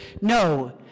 no